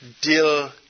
deal